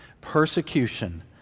persecution